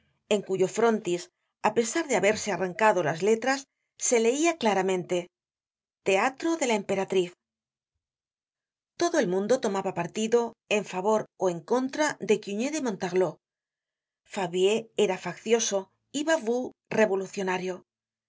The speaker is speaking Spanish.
en cuyo frontis á pesar de haberse arrancado las letras se leia claramente teatro iíe la emperathiz todo el mundo tomaba partido en favor ó en contra de cugnet de montarlot fabvier era faccioso y bavoux revolucionario el